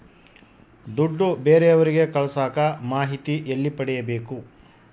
ದುಡ್ಡು ಬೇರೆಯವರಿಗೆ ಕಳಸಾಕ ಮಾಹಿತಿ ಎಲ್ಲಿ ಪಡೆಯಬೇಕು?